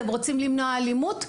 אתם רוצים למנוע אלימות?